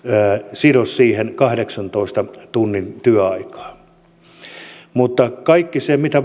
sido siihen kahdeksantoista tunnin työaikaan mutta kaikki se mitä